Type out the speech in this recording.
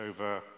over